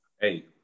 Hey